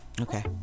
Okay